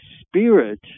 spirit